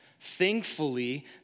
Thankfully